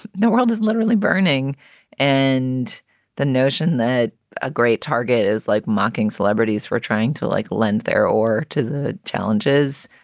the world is literally burning and the notion that a great target is like mocking celebrities for trying to like lend their or to the challenges,